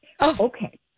Okay